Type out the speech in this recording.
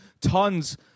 tons